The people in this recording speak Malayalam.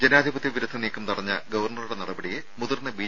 ജനാധിപത്യ വിരുദ്ധ നീക്കം തടഞ്ഞ ഗവർണറുടെ നടപടിയെ മുതിർന്ന ബി